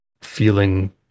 feeling